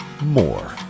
more